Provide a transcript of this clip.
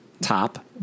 top